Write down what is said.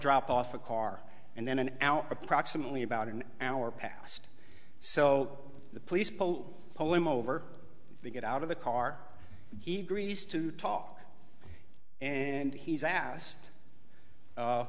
drop off a car and then an hour approximately about an hour passed so the police pull pull him over to get out of the car he agrees to talk and he's asked